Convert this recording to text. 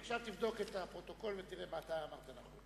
עכשיו תבדוק את הפרוטוקול ותראה אם אתה אמרת נכון.